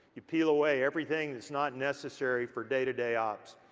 you peel away everything that's not necessary for day to day ops.